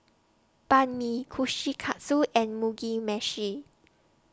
Banh MI Kushikatsu and Mugi Meshi